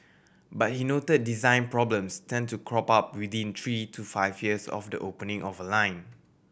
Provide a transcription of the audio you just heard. but he noted design problems tend to crop up within three to five years of the opening of a line